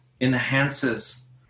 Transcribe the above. enhances